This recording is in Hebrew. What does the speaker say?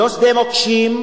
לא שדה מוקשים,